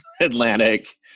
Atlantic